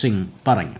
സിംഗ് പറഞ്ഞു